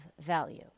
value